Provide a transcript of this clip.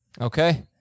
Okay